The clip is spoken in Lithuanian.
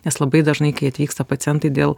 nes labai dažnai kai atvyksta pacientai dėl